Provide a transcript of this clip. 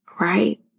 right